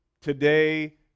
today